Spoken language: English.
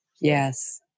Yes